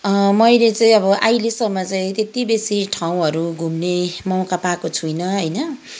मैले चाहिँ अब आहिलेसम्म चाहिँ त्यति बेसी ठाउँहरू घुम्ने मौका पाएको छुइनँ होइन